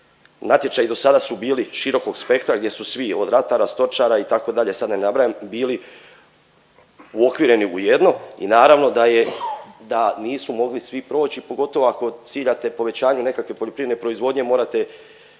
Natječaji dosada su bili širokog spektra gdje su svi od ratara, stočara itd., sad da ne nabrajam, bili uokvireni u jedno i naravno da je, da nisu mogli svi proći, pogotovo ako ciljate povećanju nekakve poljoprivredne proizvodnje, morate